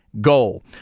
goal